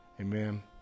Amen